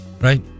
right